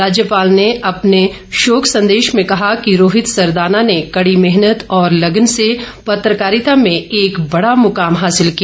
राज्यपाल ने अपने शोक संदेश में कहा कि रोहित सरदाना ने कडी मेहनत और लग्न से पत्रकारिता में एक बड़ा मुकाम हासिल किया